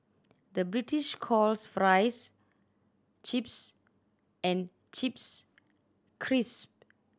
the British calls fries chips and chips